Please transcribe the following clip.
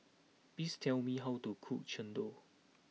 please tell me how to cook Chendol